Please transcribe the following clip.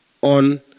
on